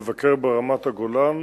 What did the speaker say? לבקר ברמת-הגולן,